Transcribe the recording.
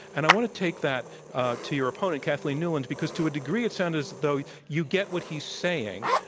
and i want to take that to your opponent, kathleen newland, because to a degree, it sounds as though you get what he's saying.